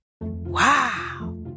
Wow